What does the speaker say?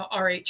RH